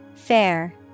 Fair